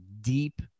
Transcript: deep